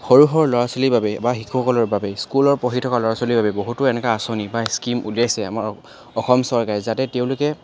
সৰু সৰু ল'ৰা ছোৱালীৰ বাবে বা শিশুসকলৰ বাবে স্কুলৰ পঢ়ি থকা ল'ৰা ছোৱালীৰ বাবে বহুতো এনেকুৱা আঁচনি বা স্কিম উলিয়াইছে আমাৰ অসম চৰকাৰে যাতে তেওঁলোকে